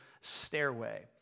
stairway